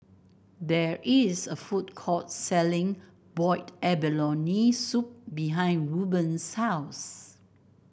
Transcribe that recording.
there is a food court selling Boiled Abalone Soup behind Ruben's house